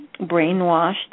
brainwashed